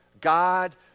God